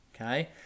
okay